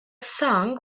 song